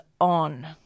on